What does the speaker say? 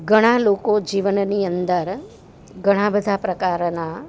ઘણાં લોકો જીવનની અંદર ઘણાં બધાં પ્રકારનાં